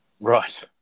Right